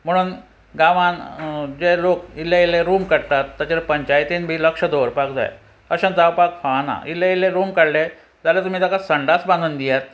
म्हणोन गांवान जे लोक इल्ले इल्ले रूम काडटात ताचेर पंचायतीन बी लक्ष दवरपाक जाय अशें जावपाक फावना इल्ले इल्ले रूम काडले जाल्यार तुमी ताका संडास बांदून दियात